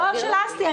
לא של אסי מסינג.